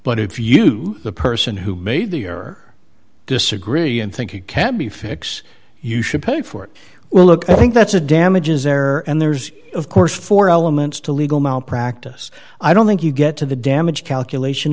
but if you the person who made the or disagree and think it can be fix you should pay for it well look i think that's a damages there and there's of course four elements to legal malpractise i don't think you get to the damage calculation